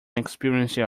experiencing